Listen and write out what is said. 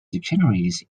dictionaries